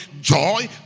Joy